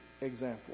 example